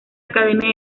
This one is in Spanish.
academia